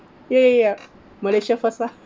ya ya ya malaysia first lah